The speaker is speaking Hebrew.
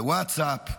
בווטסאפ,